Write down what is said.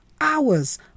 hours